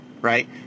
right